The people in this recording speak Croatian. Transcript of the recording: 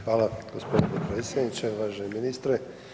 Hvala g. potpredsjedniče, uvaženi ministre.